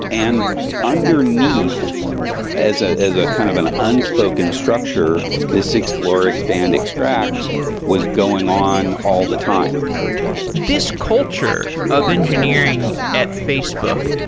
and underneath as ah as ah kind of an unspoken structure, this explore, expand, extract was going on all the time kent, culture of engineering at facebook,